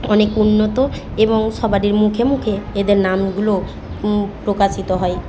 অনেক উন্নত এবং সবারই মুখে মুখে এদের নামগুলো প্রকাশিত হয়